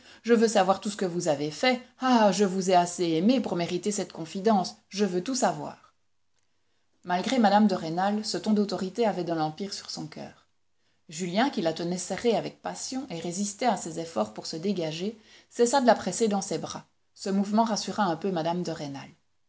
je veux savoir tout ce que vous avez fait ah je vous ai assez aimée pour mériter cette confidence je veux tout savoir malgré mme de rênal ce ton d'autorité avait de l'empire sur son coeur julien qui la tenait serrée avec passion et résistait à ses efforts pour se dégager cessa de la presser dans ses bras ce mouvement rassura un peu mme de rênal